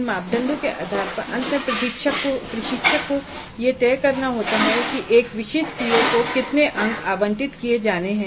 इन मापदंडों के आधार पर अंत में प्रशिक्षक को यह तय करना होता है कि एक विशिष्ट सीओ को कितने अंक आवंटित किए जाने हैं